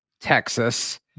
Texas